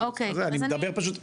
אני מדבר פשוט,